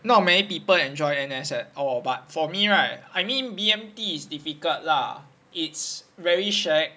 not people enjoy N_S leh our but for me right I mean B_M_T is difficult lah it's very shag